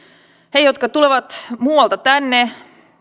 he jotka tulevat muualta tänne